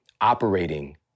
operating